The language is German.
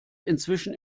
inzwischen